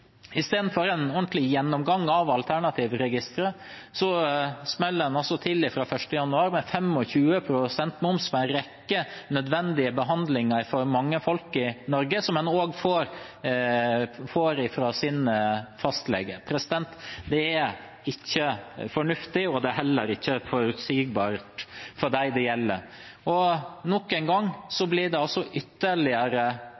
en ordentlig gjennomgang av Alternativregisteret smeller de fra 1. januar til med 25 pst. moms på en rekke nødvendige behandlinger for mange mennesker i Norge, som en også får fra sin fastlege. Det er ikke fornuftig, og det er heller ikke forutsigbart for dem det gjelder. Nok en gang